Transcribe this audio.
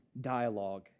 dialogue